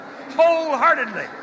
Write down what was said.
wholeheartedly